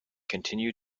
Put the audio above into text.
continue